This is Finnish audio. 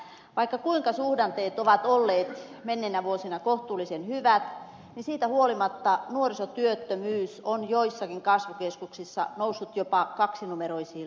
vaikka kuinka suhdanteet ovat olleet menneinä vuosina kohtuullisen hyvät niin siitä huolimatta nuorisotyöttömyys on joissakin kasvukeskuksissa noussut jopa kaksinumeroisiin lukuihin